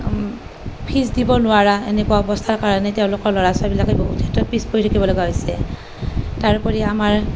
fees দিব নোৱাৰা এনেকুৱা অৱস্থাৰ কাৰণে তেওঁলোৰ ল'ৰা ছোৱালীবিলাকে বহু ক্ষেত্ৰত পিছ পৰি থাকিব লগা হৈছে তাৰোপৰি আমাৰ